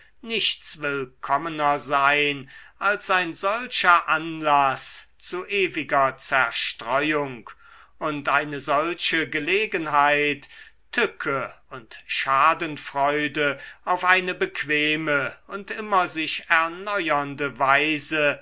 nichts willkommener sein als ein solcher anlaß zu ewiger zerstreuung und eine solche gelegenheit tücke und schadenfreude auf eine bequeme und immer sich erneuernde weise